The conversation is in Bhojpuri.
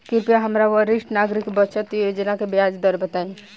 कृपया हमरा वरिष्ठ नागरिक बचत योजना के ब्याज दर बताई